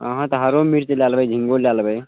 अहाँ तऽ हरो मिर्च लए लेबै झिंगो लए लेबै